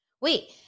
Wait